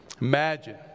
Imagine